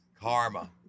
Karma